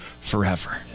forever